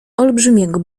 olbrzymiego